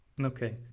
Okay